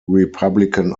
republican